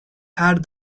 had